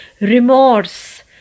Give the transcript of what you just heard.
Remorse